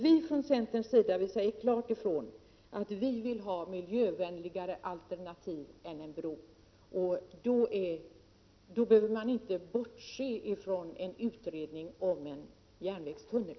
Vi från centerns sida säger klart ifrån att vi vill ha ett miljövänligare alternativ än en bro. Då behöver man inte bortse från en utredning om en järnvägstunnel.